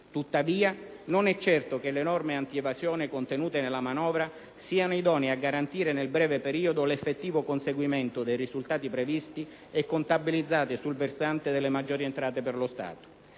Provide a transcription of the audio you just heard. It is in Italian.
Tuttavia, non è certo che le norme antievasione contenute nella manovra siano idonee a garantire, nel breve periodo, l'effettivo conseguimento dei risultati previsti e contabilizzati sul versante delle maggiori entrate per lo Stato.